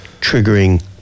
triggering